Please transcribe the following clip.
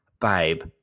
Babe